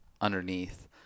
underneath